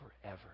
forever